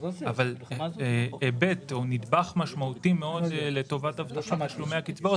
אבל נדבך משמעותי מאוד לטובת תשלומי הקצבאות